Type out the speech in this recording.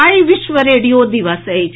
आई विश्व रेडियो दिवस अछि